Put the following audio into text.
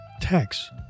text